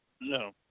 No